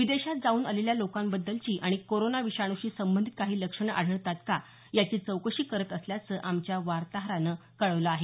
विदेशात जाऊन आलेल्या लोकांबद्दलची आणि कोरोनाविषाणूशी संबधित काही लक्षणं आढळतात का याची चौकशी करत असल्याचं आमच्या वार्ताहरानं कळवलं आहे